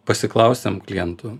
pasiklausiam klientų